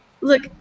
Look